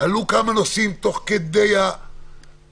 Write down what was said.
ועלו כמה נושאים תוך כדי הדברים.